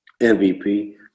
MVP